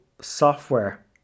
software